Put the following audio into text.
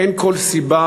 אין כל סיבה.